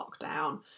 lockdown